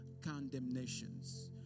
condemnations